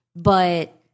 but-